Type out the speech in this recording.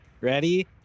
Ready